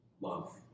love